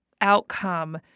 outcome